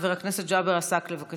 חבר הכנסת ג'אבר עסאקלה, בבקשה.